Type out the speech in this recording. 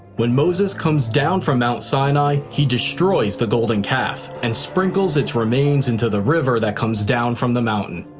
when moses comes down from mount sinai, he destroys the golden calf and sprinkles its remains into the river that comes down from the mountain.